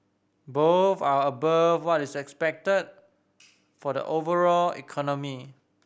both are above what is expected for the overall economy